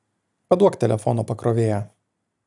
paduok telefono pakrovėją